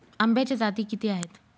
आंब्याच्या जाती किती आहेत?